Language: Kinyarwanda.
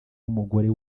w’umugore